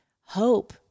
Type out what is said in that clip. hope